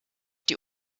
die